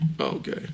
Okay